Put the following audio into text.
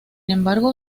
embargo